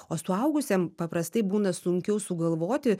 o suaugusiam paprastai būna sunkiau sugalvoti